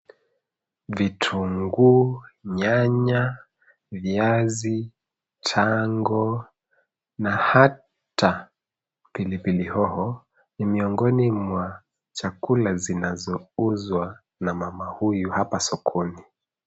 Vitunguu, nyanya, viazi, tango na hata pilipili hoho ni miongoni mwa chakula zinazouzwa na mama huyu hapa sokoni.